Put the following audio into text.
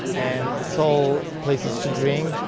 and it's all places to drink,